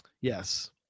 Yes